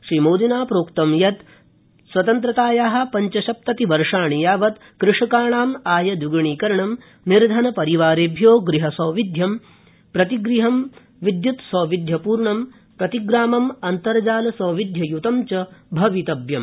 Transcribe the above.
श्रीमोदिना प्रोक्त यत् स्वतन्त्रताया पव्चसप्तति वर्षाणि यावत् कृषकाणाम् आयद्विग्णीकरणं निर्धनपरिवारेभ्यो गृहसौविध्यम् प्रतिगृहं विद्यत्सौविध्यपूर्णम् प्रतिग्रामम् अन्तर्जाल सौविध्ययुतं च भवितव्यम्